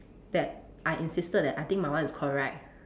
that I insisted that I think my one is correct